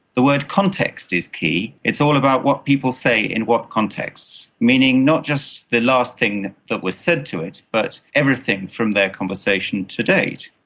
the word context is key. it's all about what people say in what contexts, meaning not just the last thing that was said to it about but everything from their conversation to date.